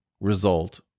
result